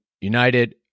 united